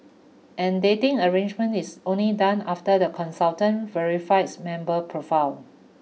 and dating arrangement is only done after the consultant verifies member profile